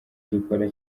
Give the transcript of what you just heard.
dukora